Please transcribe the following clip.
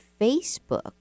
Facebook